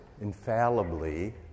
infallibly